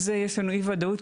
על זה יש לנו אי וודאות,